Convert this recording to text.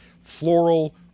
floral